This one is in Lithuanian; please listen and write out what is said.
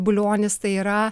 bulionis tai yra